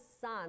Son